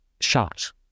shot